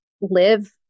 live